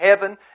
heaven